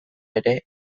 ere